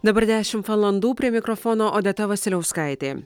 dabar dešimt valandų prie mikrofono odeta vasiliauskaitė